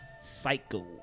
Psycho